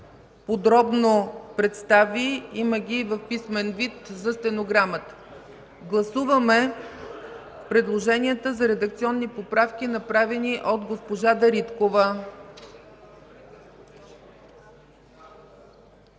подробно представи. Има ги и в писмен вид – за стенограмата. Гласуваме предложенията за редакционни поправки, направени от госпожа Дариткова.